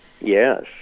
Yes